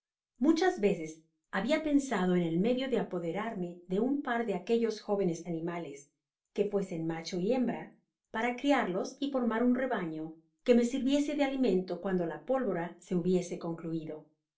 muchas veces habia pensado en el medio de apoderarme de un par de aquellos jóvenes ani males que fuesen macho y hembra para criarlos y formar un rebaño que me sirviese de alimento cuando la pólvora se hubiese concluido